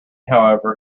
however